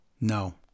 No